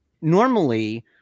normally